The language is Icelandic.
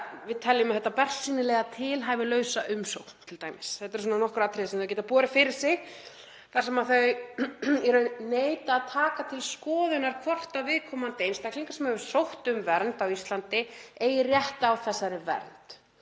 við teljum þetta bersýnilega tilhæfulausa umsókn t.d. Þetta eru nokkur atriði sem þau geta borið fyrir sig þar sem þau neita að taka til skoðunar hvort viðkomandi einstaklingur sem hefur sótt um vernd á Íslandi eigi rétt á þessari vernd.